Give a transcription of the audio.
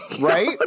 Right